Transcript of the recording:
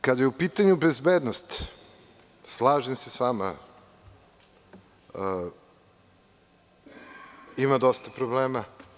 Kada je u pitanju bezbednost, slažem se sa vama, ima dosta problema.